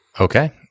Okay